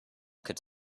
could